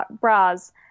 bras